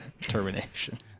termination